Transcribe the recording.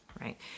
Right